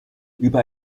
über